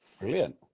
Brilliant